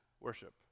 worship